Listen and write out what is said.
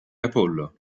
apollo